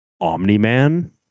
Omni-Man